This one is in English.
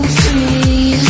free